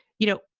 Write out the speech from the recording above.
you know,